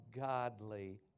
godly